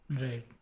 Right